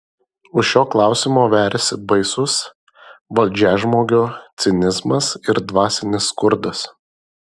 už šio klausimo veriasi baisus valdžiažmogio cinizmas ir dvasinis skurdas